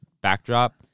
backdrop